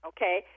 Okay